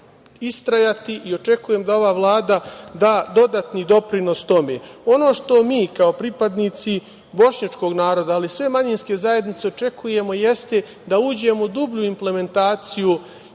istrajati i očekujem da ova Vlada da dodatni doprinos tome. Ono što mi kao pripadnici bošnjačkog naroda, ali i sve manjinske zajednice očekujemo jeste da uđemo u dublju implementaciju